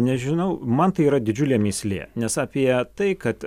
nežinau man tai yra didžiulė mįslė nes apie tai kad